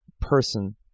person